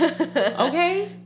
Okay